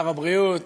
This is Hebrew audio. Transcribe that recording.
שר הבריאות,